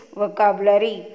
vocabulary